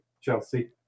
Chelsea